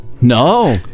No